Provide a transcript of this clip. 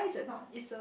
it's not